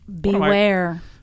Beware